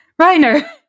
Reiner